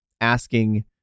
asking